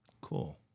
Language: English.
Cool